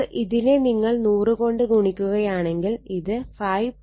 അപ്പോൾ ഇതിനെ നിങ്ങൾ 100 കൊണ്ട് ഗുണിക്കുകയാണെങ്കിൽ ഇത് 5